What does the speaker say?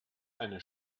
eine